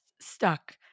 stuck